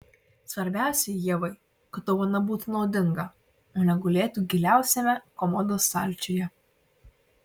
svarbiausia ievai kad dovana būtų naudinga o ne gulėtų giliausiame komodos stalčiuje